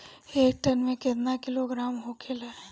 एक टन मे केतना किलोग्राम होखेला?